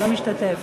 לא משתתף.